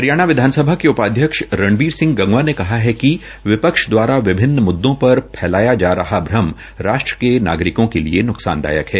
हरियाणा विधानसभा के उपाध्यक्ष रणबीर सिंह गंगवा ने कहा है कि विपक्ष दवारा विभिन्न मुददों पर फैलाया जा रहा भ्रम राष्ट्र के नागरिकों के लिए न्कसानदायक है